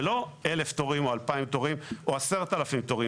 זה לא 1,000 תורים או 2,000 תורים או 10,000 תורים.